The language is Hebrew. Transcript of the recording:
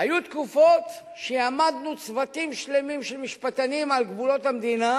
היו תקופות שהעמדנו צוותים שלמים של משפטנים על גבולות המדינה,